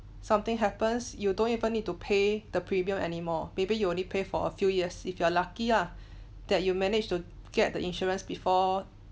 something happens you don't even need to pay the premium anymore maybe you only pay for a few years if you are lucky ah that you manage to get the insurance before